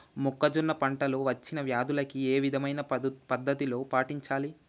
మొక్కజొన్న పంట లో వచ్చిన వ్యాధులకి ఏ విధమైన పద్ధతులు పాటించాలి?